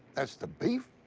that's the beef?